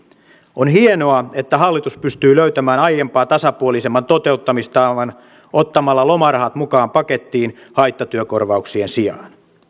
on hienoa että hallitus pystyi löytämään aiempaa tasapuolisemman toteutustavan ottamalla lomarahat mukaan pakettiin haittatyökorvauksien sijaan